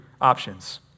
options